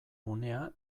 unea